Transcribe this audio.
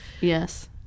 Yes